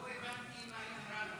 לא הבנתי, מה היא אמרה לך?